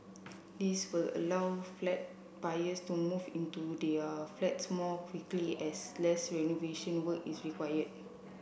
this will allow flat buyers to move into their flats more quickly as less renovation work is required